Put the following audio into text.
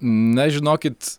na žinokit